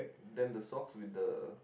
then the sock with the